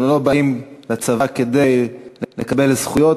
הם לא באים לצבא כדי לקבל זכויות,